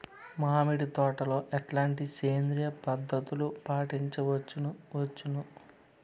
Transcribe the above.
మామిడి తోటలో ఎట్లాంటి సేంద్రియ పద్ధతులు పాటించవచ్చును వచ్చును?